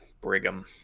Brigham